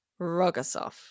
Rogosov